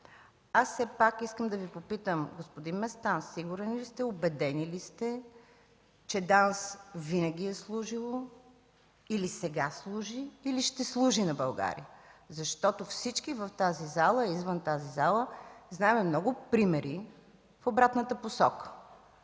Аз все пак искам да Ви попитам: господин Местан, сигурен ли сте, убедени ли сте, че ДАНС винаги е служила или сега служи, или ще служи на България? Защото всички в тази зала, а и извън нея, знаем много примери в обратната посока.